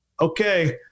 Okay